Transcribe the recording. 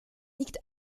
liegt